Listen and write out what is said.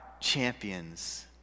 champions